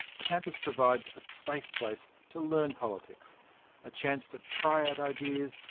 campus provides a safe place to learn politics a chance to try out ideas,